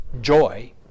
joy